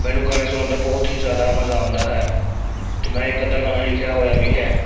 ਮੈਨੂੰ ਗਾਣੇ ਸੁਣਣ ਦਾ ਬਹੁਤ ਹੀ ਜ਼ਿਆਦਾ ਮਜ਼ਾ ਆਉਂਦਾ ਹੈ ਅਤੇ ਮੈਂ ਇੱਕ ਅੱਧਾ ਗਾਣਾ ਲਿਖਿਆ ਹੋਇਆ ਵੀ ਹੈ